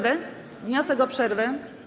Wniosek o przerwę?